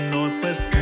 Northwest